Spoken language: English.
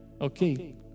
Okay